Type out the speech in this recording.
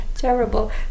terrible